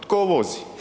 Tko vozi?